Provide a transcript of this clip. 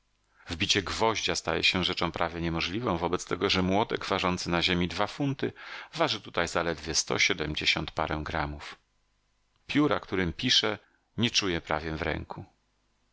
przesunąć wbicie gwoździa staje się rzeczą prawie niemożliwą wobec tego że młotek ważący na ziemi dwa funty waży tutaj zaledwie sto siedmdziesiąt parę gramów pióra którym piszę nie czuję prawie w ręku